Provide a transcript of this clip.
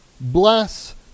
bless